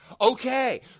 okay